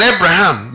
Abraham